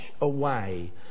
away